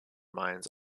mines